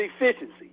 efficiency